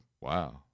wow